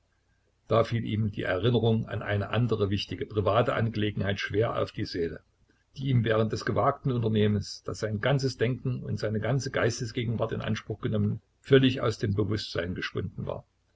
da fiel ihm die erinnerung an eine andere wichtige private angelegenheit schwer auf die seele die ihm während des gewagten unternehmens das sein ganzes denken und seine ganze geistesgegenwart in anspruch genommen völlig aus dem bewußtsein geschwunden war